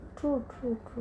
true true true